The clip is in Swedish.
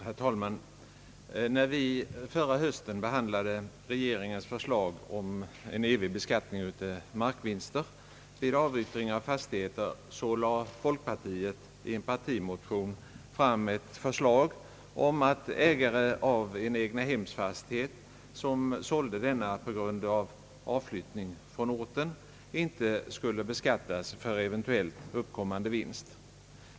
Herr talman! När vi förra hösten behandlade regeringens förslag om en evig beskattning av markvinster vid avyttring av fastigheter, lade folkpartiet i en partimotion fram ett förslag om att ägare av en egnahemsfastighet som sålde denna på grund av avflyttning från orten inte skulle beskattas för eventuellt uppkommande vinst.